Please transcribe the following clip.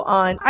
on